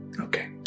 Okay